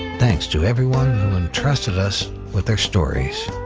thanks to everyone who entrusted us with their stories.